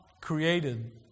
created